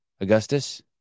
Augustus